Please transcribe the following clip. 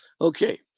Okay